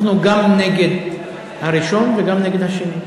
אנחנו גם נגד הראשון וגם נגד השני.